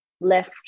left